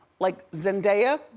like zendaya,